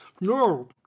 No